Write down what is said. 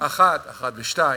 אחת ואחת, אחת ושתיים.